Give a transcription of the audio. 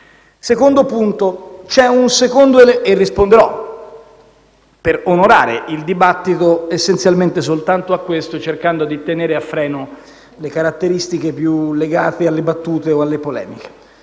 che doveva fare» e risponderò, per onorare il dibattito, essenzialmente soltanto a questo e cercando di tenere a freno le caratteristiche più legate alle battute e alle polemiche.